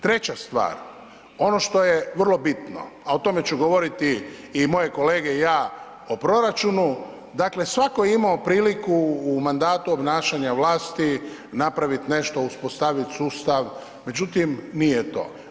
Treća stvar, ono što je vrlo bitno a o tome će govoriti i moje kolege i ja, o proračunu, dakle svatko je imao priliku u mandatu obnašanja vlasti napravit nešto, uspostavit sustav, međutim nije to.